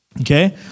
Okay